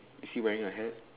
is he wearing a hat